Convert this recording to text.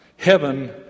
Heaven